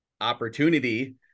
opportunity